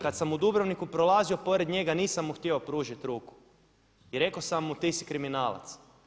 Kad sam u Dubrovniku prolazio pored njega nisam mu htio pružiti ruku i rekao sam mu ti si kriminalac.